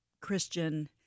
Christian